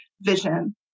vision